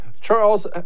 Charles